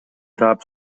таап